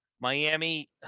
Miami